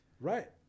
Right